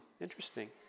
interesting